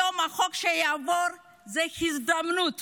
היום החוק שיעבור זאת הזדמנות